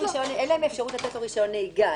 אין להם אפשרות לתת לו רישיון נהיגה,